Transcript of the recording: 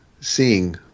seeing